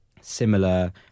similar